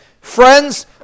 friends